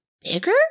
bigger